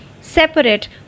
separate